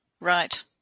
Right